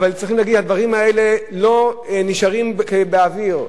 אבל צריך להבין, הדברים האלה לא נשארים באוויר,